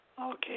Okay